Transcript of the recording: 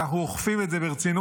שאנחנו אוכפים את זה ברצינות,